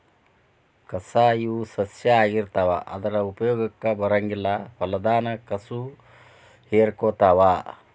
ಕಸಾ ಇವ ಸಸ್ಯಾ ಆಗಿರತಾವ ಆದರ ಉಪಯೋಗಕ್ಕ ಬರಂಗಿಲ್ಲಾ ಹೊಲದಾನ ಕಸುವ ಹೇರಕೊತಾವ